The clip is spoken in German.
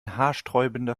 haarsträubender